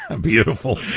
Beautiful